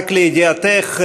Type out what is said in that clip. רק לידיעתך,